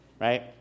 Right